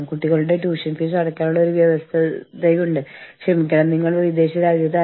അത് മിക്കവാറും നിങ്ങളുടെ ശ്വസനവ്യവസ്ഥയെ തകരാറിലാക്കും